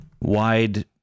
wide